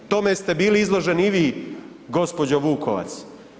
Tome ste bili izloženi i vi gospođo Vukovac.